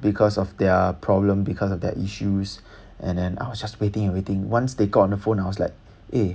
because of their problem because of their issues and then I was just waiting and waiting once they got on the phone I was like eh